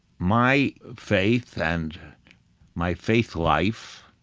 my faith and my faith life,